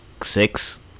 six